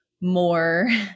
more